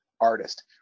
artist